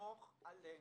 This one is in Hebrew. סמוך עלינו.